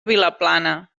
vilaplana